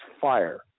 fire